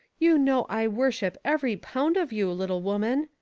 you know i worship every pound of you, little woman,